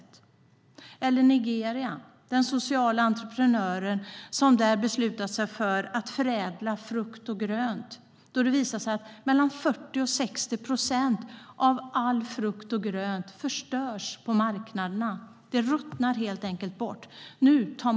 Det gäller också Nigeria och den sociala entreprenören som där beslutat sig för att förädla frukt och grönt. Det visar sig att 40-60 procent av all frukt och allt grönt på marknaderna förstörs, ja, helt enkelt ruttnar bort.